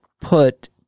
put